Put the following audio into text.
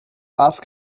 ask